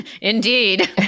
Indeed